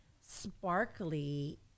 sparkly